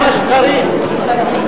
כמה שקרים.